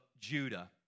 Judah